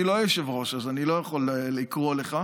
אני לא היושב-ראש, אז אני לא יכול לקרוא לך,